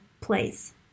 place